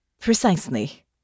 Precisely